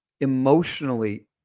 emotionally